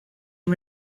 and